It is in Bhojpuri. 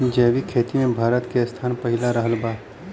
जैविक खेती मे भारत के स्थान पहिला रहल बा